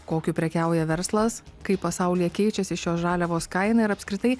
kokiu prekiauja verslas kaip pasaulyje keičiasi šios žaliavos kaina ir apskritai